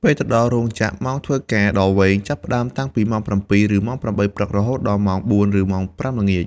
ពេលទៅដល់រោងចក្រ ម៉ោងធ្វើការដ៏វែងចាប់ផ្ដើមតាំងពីម៉ោង ៧ ឬ ៨ ព្រឹក រហូតដល់ម៉ោង ៤ ឬ ៥ ល្ងាច។